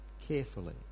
carefully